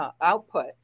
output